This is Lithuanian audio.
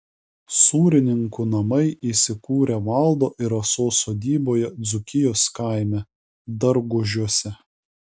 sūrininkų namai įsikūrę valdo ir rasos sodyboje dzūkijos kaime dargužiuose